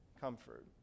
comfort